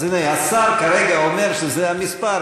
אז הנה השר כרגע אומר שזה המספר,